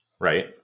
Right